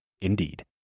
indeed